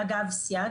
אגב סייג,